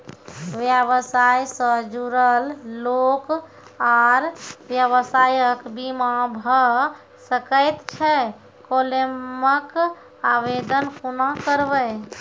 व्यवसाय सॅ जुड़ल लोक आर व्यवसायक बीमा भऽ सकैत छै? क्लेमक आवेदन कुना करवै?